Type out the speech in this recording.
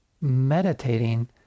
meditating